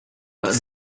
but